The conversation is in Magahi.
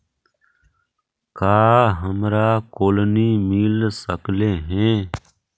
का हमरा कोलनी मिल सकले हे?